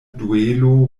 duelo